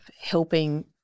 helping